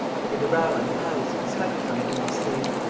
i heard the row in the house, in spite of my being asleep.